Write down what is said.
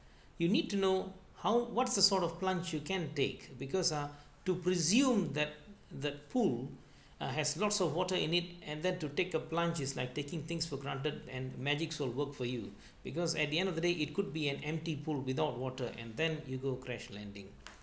you need to know how what's the sort of plunge you can take because ah to presume that that pool uh has lots of water in it and then to take a plunge is like taking things for granted and magic will work for you because at the end of the day it could be an empty bowl without water and then you go crash landing